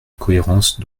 cohérence